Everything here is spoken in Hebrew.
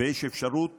ויש אפשרות